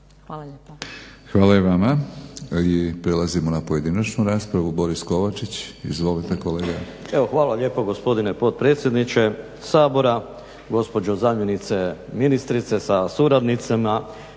Hvala i vama. I prelazimo na pojedinačnu raspravu. Boris Kovačić, izvolite kolega.